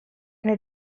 and